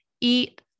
eat